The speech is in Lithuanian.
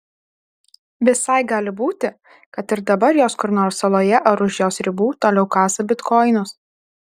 visai gali būti kad ir dabar jos kur nors saloje ar už jos ribų toliau kasa bitkoinus